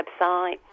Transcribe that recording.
website